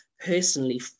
personally